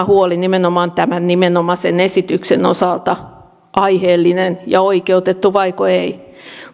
huoli nimenomaan tämän nimenomaisen esityksen osalta aiheellinen ja oikeutettu vaiko ei